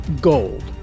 gold